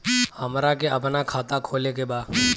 हमरा के अपना खाता खोले के बा?